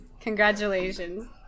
Congratulations